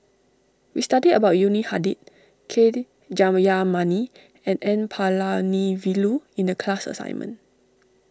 we studied about Yuni Hadi K D Jayamani and N Palanivelu in the class assignment